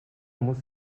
muss